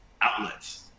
outlets